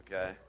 okay